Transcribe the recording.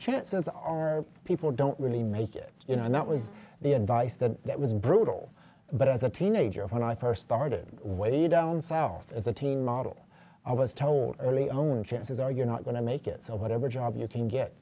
chances are people don't really make it you know and that was the advice that that was brutal but as a teenager when i first started way down south as a teen model i was told early own chances are you're not going to make it so whatever job you can